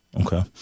okay